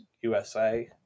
USA